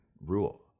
rule